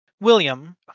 William